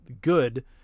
good